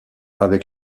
avec